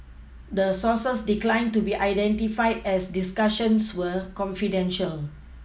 the sources declined to be identified as the discussions were confidential